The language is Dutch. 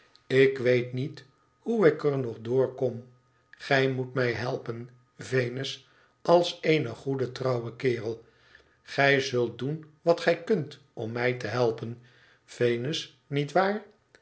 ik weet niet hoe ik er nog door kom gij moet mij helpen venus als een goede trouwe kerel gij zult doen wat gij kunt om mij te helpen venus niet waar